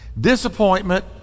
Disappointment